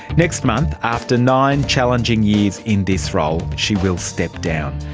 next month, after nine challenging years in this role, she will step down.